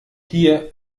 hier